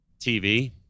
TV